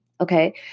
okay